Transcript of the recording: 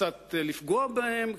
קצת לפגוע בהם,